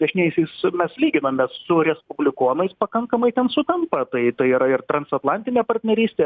dešiniaisiais mes lyginamės su respublikonais pakankamai ten sutampa tai tai ir transatlantinė partnerystė